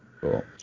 cool